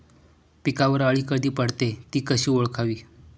पिकावर अळी कधी पडते, ति कशी ओळखावी?